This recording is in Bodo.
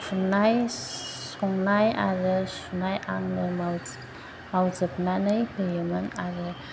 खुरनाय संनाय आरो सुनाय आंनो माव मावजोबनानै होयोमोन आरो